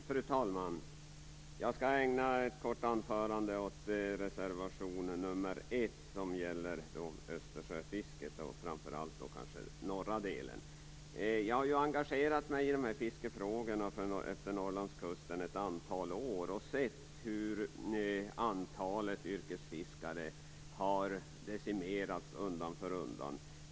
Fru talman! Jag skall ägna ett kort anförande åt reservation nr 1 som gäller östersjöfisket och kanske framför allt fisket utefter den norra delen av kusten. Jag har engagerat mig i dessa frågor som rör fisket utefter Norrlandskusten under ett antal år, och jag har sett hur antalet yrkesfiskare har decimerats undan för undan.